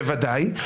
בוודאי.